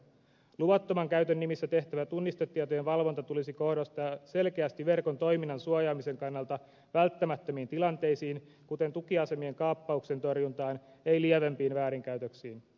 luvattoman käytön nimissä tehtävä tunnistetietojen valvonta tulisi kohdistaa selkeästi verkon toiminnan suojaamisen kannalta välttämättömiin tilanteisiin kuten tukiasemien kaappauksen torjuntaan ei lievempiin väärinkäytöksiin